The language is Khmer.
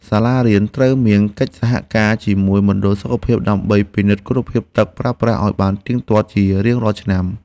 ការដាំដើមឈើជុំវិញកន្លែងលាងដៃជួយឱ្យបរិយាកាសកាន់តែមានភាពស្រស់ស្រាយ និងមានផាសុកភាពសម្រាប់សិស្សានុសិស្ស។